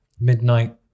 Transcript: midnight